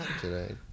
today